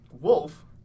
wolf